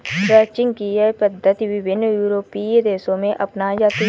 ranching की यह पद्धति विभिन्न यूरोपीय देशों में अपनाई जाती है